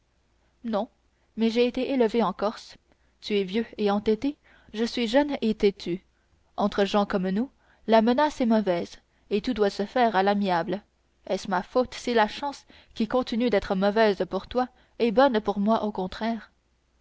non mais j'ai été élevé en corse tu es vieux et entêté je suis jeune et têtu entre gens comme nous la menace est mauvaise et tout doit se faire à l'amiable est-ce ma faute si la chance qui continue d'être mauvaise pour toi est bonne pour moi au contraire